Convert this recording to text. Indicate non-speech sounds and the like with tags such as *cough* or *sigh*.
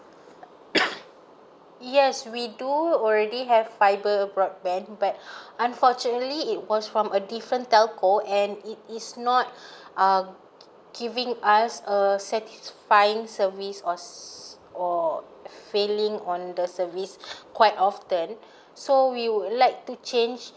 *coughs* yes we do already have fibre broadband but unfortunately it was from a different telco and it is not uh giving us a satisfying service or or failing on the service quite often so we would like to change